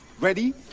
Ready